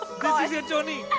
is your tony.